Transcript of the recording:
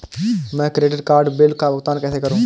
मैं credit card bill का भुगतान कैसे करूं?